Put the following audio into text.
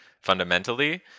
fundamentally